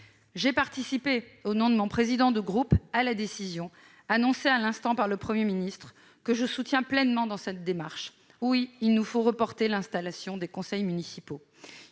J'ai participé, au nom du président de mon groupe, à la prise de la décision que vient d'annoncer M. le Premier ministre, que je soutiens pleinement dans cette démarche. Oui, il nous faut reporter l'installation des conseils municipaux